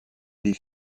des